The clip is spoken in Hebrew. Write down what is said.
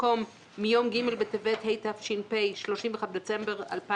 במקום "מיום ג' בטבת התש"ף (31 בדצמבר 2019)"